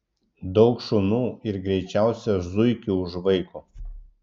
daug šunų ir greičiausią zuikį užvaiko